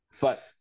But-